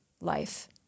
life